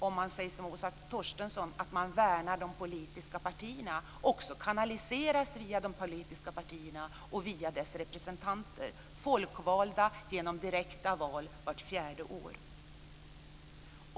Om man som Åsa Torstensson säger att man värnar de politiska partierna ska väl frågorna också kanaliseras via de politiska partierna och via deras representanter som är folkvalda genom direkta val vart fjärde år.